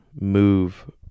move